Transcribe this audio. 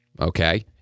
Okay